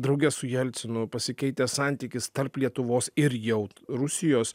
drauge su jelcinu pasikeitęs santykis tarp lietuvos ir jau rusijos